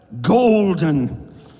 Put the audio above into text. golden